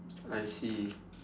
hungry